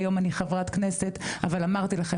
היום אני חברת כנסת אבל אמרתי לכם,